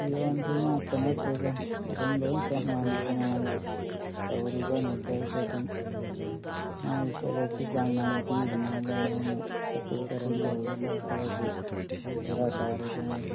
ꯄꯤꯌꯣꯟꯁꯤ ꯃꯥꯇ ꯅꯠꯇꯦꯗ ꯑꯗꯨꯝ ꯂꯣꯏ ꯆꯞ ꯃꯥꯟꯅꯩꯗ ꯃꯥꯒꯤ ꯇꯧꯔꯤꯕ ꯅꯦꯆꯔꯗꯨ ꯑꯗꯨꯝ ꯃꯣꯏ ꯇꯣꯂꯣꯞꯁꯨ ꯆꯥꯡ ꯅꯥꯏꯅ ꯄꯤꯔꯤꯅꯤ ꯑꯗꯨꯒ ꯃꯣꯏꯅ ꯀꯥꯇꯨ ꯀꯥꯔꯟ ꯇꯧꯔꯤꯁꯤ ꯈꯔꯗꯤ ꯕꯦꯔꯥ ꯀꯥꯔꯦꯗ ꯃꯣꯏꯁꯦ